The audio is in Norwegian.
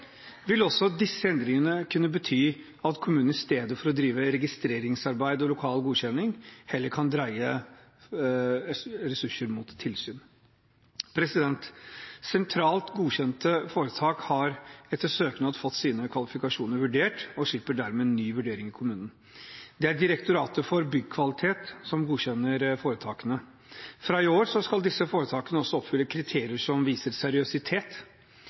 vil også disse endringene kunne bety at kommunene i stedet for å drive med registreringsarbeid og lokal godkjenning heller kan dreie ressurser mot tilsyn. Sentralt godkjente foretak har etter søknad fått sine kvalifikasjoner vurdert og slipper dermed en ny vurdering i kommunen. Det er Direktoratet for byggkvalitet som godkjenner foretakene. Fra i år skal disse foretakene også oppfylle kriterier som viser seriøsitet.